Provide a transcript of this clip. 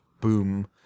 boom